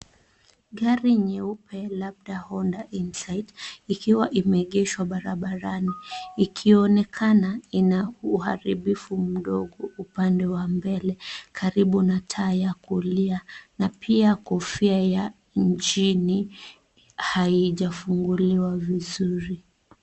Gari nyeupe labda Honda Insight, ikiwa imeegeshwa barabarani, ikionekana ina uharibifu mdogo upande wa mbele karibu na taa ya kulia, na pia kofia ya nchini haijafunguliwa vizuri.